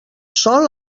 sol